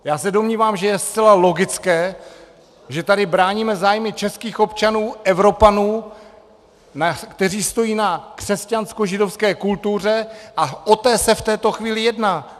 Já se domnívám, že je zcela logické, že tady bráníme zájmy českých občanů, Evropanů, kteří stojí na křesťanskožidovské kultuře, a o té se v této chvíli jedná.